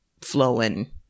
flowing